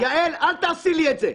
אל תעשי לי את זה.